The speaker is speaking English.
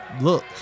Look